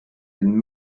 been